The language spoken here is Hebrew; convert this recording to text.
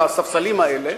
לספסלים האלה.